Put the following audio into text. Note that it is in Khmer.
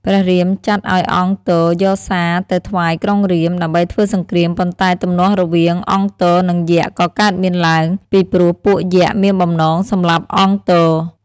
ព្រះរាមចាត់ឱ្យអង្គទ យកសារទៅថ្វាយក្រុងរាពណ៍ ដើម្បីធ្វើសង្គ្រាម ប៉ុន្តែទំនាស់រវាង អង្គទនិងយក្សក៏កើតមានឡើង ពីព្រោះពួកយក្សមានបំណងសម្លាប់អង្គទ។